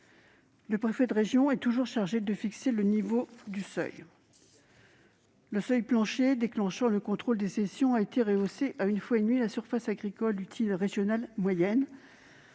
Le préfet de région est toujours chargé de fixer le niveau du seuil. Le seuil plancher déclenchant le contrôle des cessions a été rehaussé à 1,5 fois la surface agricole utile régionale moyenne,